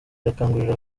irakangurira